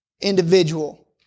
individual